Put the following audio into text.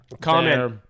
Comment